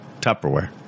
tupperware